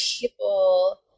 people